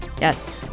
Yes